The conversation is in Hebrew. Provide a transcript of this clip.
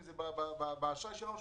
אם זה באשראי שלו,